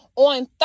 On